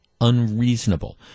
unreasonable